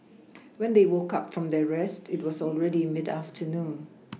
when they woke up from their rest it was already mid afternoon